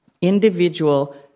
individual